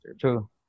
True